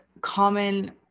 common